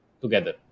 together